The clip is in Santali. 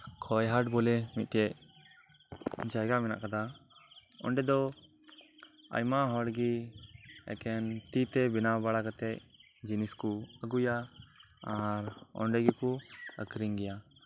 ᱠᱷᱚᱣᱟᱭᱦᱟᱴ ᱵᱚᱞᱮ ᱢᱤᱫᱽᱴᱮᱱ ᱡᱟᱭᱜᱟ ᱢᱮᱱᱟᱜ ᱟᱠᱟᱫᱟ ᱚᱸᱰᱮᱫᱚ ᱟᱭᱢᱟ ᱦᱚᱲᱜᱮ ᱮᱠᱮᱱ ᱛᱤᱛᱮ ᱵᱮᱱᱟᱣ ᱵᱟᱲᱟᱠᱟᱛᱮᱫ ᱡᱤᱱᱤᱥ ᱠᱚ ᱟᱹᱜᱩᱭᱟ ᱟᱨ ᱚᱸᱰᱮᱜᱮᱠᱚ ᱟᱹᱠᱷᱨᱤᱧ ᱜᱮᱭᱟ